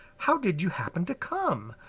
how did you happen to come?